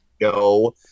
no